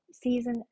season